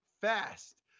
fast